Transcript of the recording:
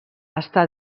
està